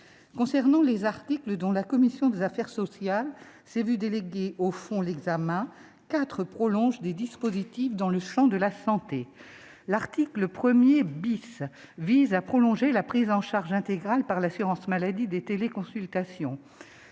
Parmi les articles dont la commission des affaires sociales s'est vu déléguer au fond l'examen, quatre prolongent des dispositifs dans le champ de la santé : l'article 1 prolonge la prise en charge intégrale par l'assurance maladie des téléconsultations